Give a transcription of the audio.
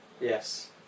Yes